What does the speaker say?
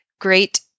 Great